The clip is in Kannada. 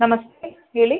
ನಮಸ್ತೆ ಹೇಳಿ